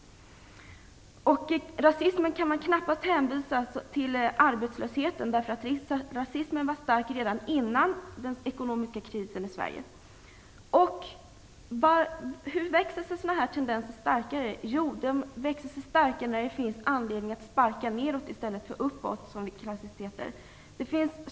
Rasismen kan knappast bero på arbetslösheten. Den var stark redan före den ekonomiska krisen i Hur växer sig sådana här tendenser starkare? När det finns anledning att sparka nedåt i stället för uppåt, som det klassiskt heter.